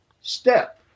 step